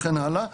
וכן הלאה.